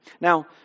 Now